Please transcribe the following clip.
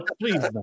please